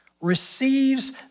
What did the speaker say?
Receives